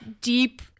Deep